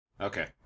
Okay